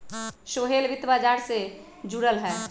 सोहेल वित्त व्यापार से जुरल हए